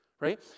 right